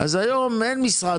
אדוני, למה עשית לא?